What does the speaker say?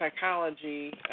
Psychology